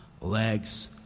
Legs